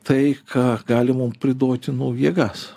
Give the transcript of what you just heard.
tai ką gali mum priduoti nu jėgas